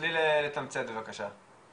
תשתדלי לתמצת, בבקשה.